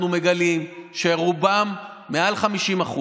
אנחנו מגלים שרובם, מעל 50%,